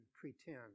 pretend